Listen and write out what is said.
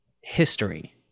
history